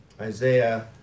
isaiah